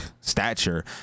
stature